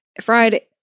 Friday